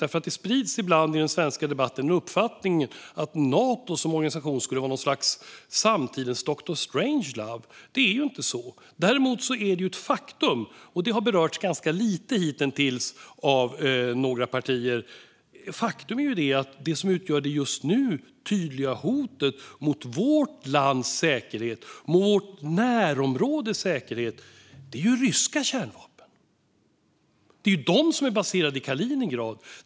Ibland sprids i den svenska debatten uppfattningen att Nato som organisation skulle vara något slags samtidens Dr. Strangelove. Det är inte så. Däremot är det ett faktum, och det har hitintills berörts lite av några partier, att det som just nu utgör det tydliga hotet mot vårt lands säkerhet, vårt närområdes säkerhet, är ryska kärnvapen. Det är de som är baserade i Kaliningrad.